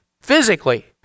physically